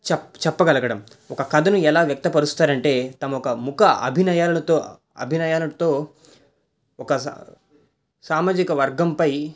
చె చెప్పగలగడం ఒక కథను ఎలా వ్యక్తపరుస్తారంటే తమక ముఖ అభినయాలతో అభినయాలతో ఒక సామాజిక వర్గంపై